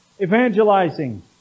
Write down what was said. Evangelizing